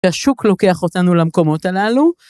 השוק לוקח אותנו למקומות הללו.